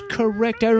correct